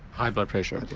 high blood pressure.